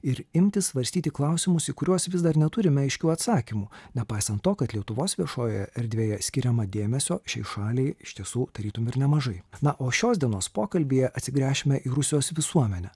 ir imtis svarstyti klausimus į kuriuos vis dar neturime aiškių atsakymų nepaisant to kad lietuvos viešojoje erdvėje skiriama dėmesio šiai šaliai iš tiesų tarytum ir nemažai na o šios dienos pokalbyje atsigręšime į rusijos visuomenę